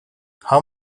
how